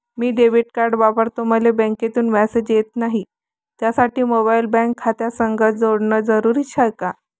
मी debit card वापरतो मले बँकेतून मॅसेज येत नाही, त्यासाठी मोबाईल बँक खात्यासंग जोडनं जरुरी हाय का?